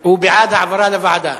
הוא בעד העברה לוועדה,